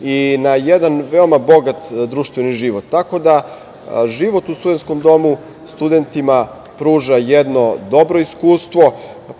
i na jedan veoma bogat društveni život. Tako da, život u studentskom domu studentima pruža jedno dobro iskustvo,